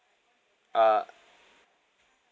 uh